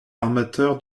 armateur